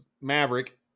Maverick